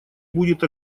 будет